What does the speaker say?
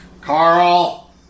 Carl